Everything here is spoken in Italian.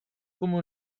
come